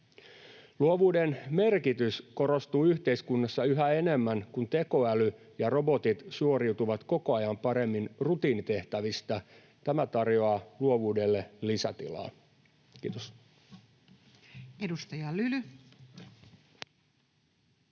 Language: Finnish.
Luovuuden merkitys korostuu yhteiskunnassa yhä enemmän, kun tekoäly ja robotit suoriutuvat koko ajan paremmin rutiinitehtävistä. Tämä tarjoaa luovuudelle lisätilaa. — Kiitos. Edustaja Lyly.